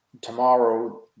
tomorrow